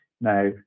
Now